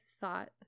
Thought